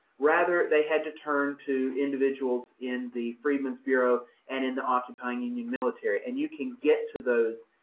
rather they had to turn to individuals in the freedmen's bureau and in the occupying union military. and you can get to those,